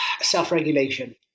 self-regulation